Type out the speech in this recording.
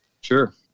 Sure